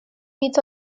meets